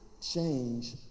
change